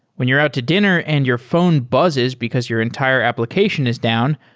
when you're out to dinner and your phone buzzes because your entire application is down,